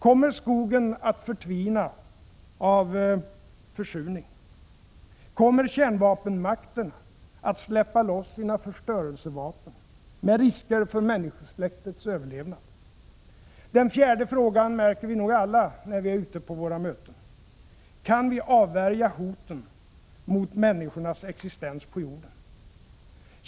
Kommer skogen att förtvina av försurning? Kommer kärnvapenmakterna att släppa loss sina förstörelsevapen med risker för människosläktets överlevnad? Den fjärde frågan märker vi nog alla när vi är ute på våra möten: Kan vi avvärja hoten mot människornas existens på jorden?